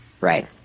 Right